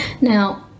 Now